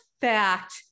fact